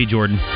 Jordan